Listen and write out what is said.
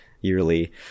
yearly